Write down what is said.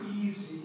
easy